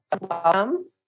Welcome